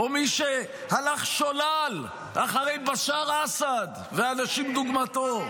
או מי שהלך שולל אחרי בשאר אסד ואנשים כדוגמתו?